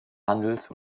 handels